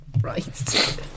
Right